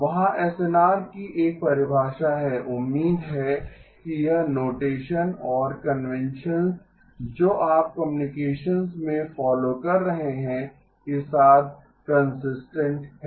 वहाँ एसएनआर की एक परिभाषा है उम्मीद है कि यह नोटेशन और कन्वेंशंस जो आप कम्युनिकेशन्स में फॉलो कर रहे हैं के साथ कंसिस्टेंट है